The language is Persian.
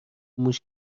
موش